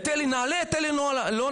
אתה אלה נעלה ואת אלה לא נעלה.